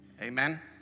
Amen